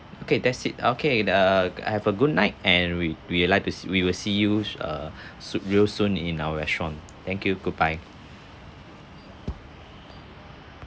okay that's it okay err have a good night and we we like to s~ we will see you err so~ real soon in our restaurant thank you goodbye